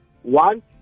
One